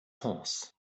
horse